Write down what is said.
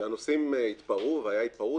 שהנוסעים התפרעו והיתה התפרעות,